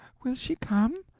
will she come?